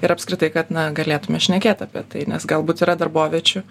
ir apskritai kad na galėtume šnekėt apie tai nes galbūt yra darboviečių